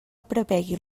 prevegi